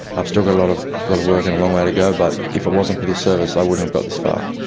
i've still got a lot of lot of work and a long way to go, but if it wasn't for this service i wouldn't have got this far.